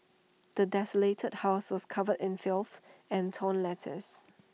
the desolated house was covered in filth and torn letters